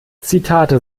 zitate